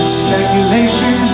speculation